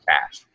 cash